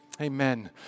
Amen